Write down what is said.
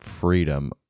freedom